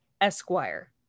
Esquire